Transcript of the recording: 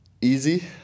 easy